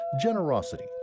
generosity